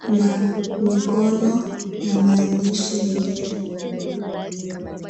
Kuna mikono na maandishi mengine.